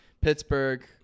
Pittsburgh